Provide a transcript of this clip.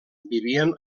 vivien